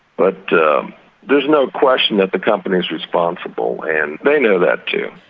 but there's no question that the company's responsible. and they know that too.